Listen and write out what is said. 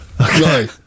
Okay